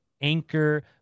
Anchor